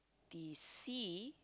the sea